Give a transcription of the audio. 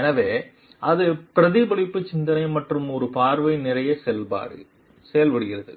எனவே அது பிரதிபலிப்பு சிந்தனை மற்றும் ஒரு பார்வை நிறைய செயல்படுகிறது